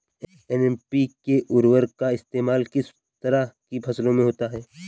NPK उर्वरक का इस्तेमाल किस तरह की फसलों में होता है?